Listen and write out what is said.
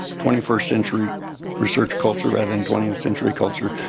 twenty first century research culture rather than twentieth-century culture,